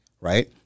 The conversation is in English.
right